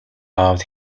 out